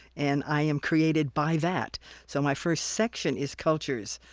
and i am created by that so my first section is cultures.